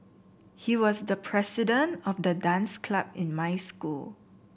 he was the president of the dance club in my school